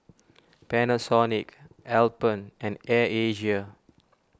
Panasonic Alpen and Air Asia